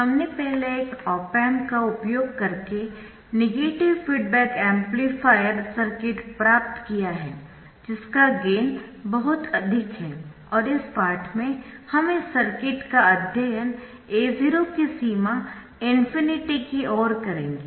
हमने पहले एक ऑप एम्प का उपयोग करके नेगेटिव फीडबैक एम्पलीफायर सर्किट प्राप्त किया है जिसका गेन बहुत अधिक है और इस पाठ में हम इस सर्किट का अध्ययन A0 की सीमा ∞ की ओर करेंगे